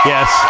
Yes